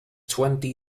twenty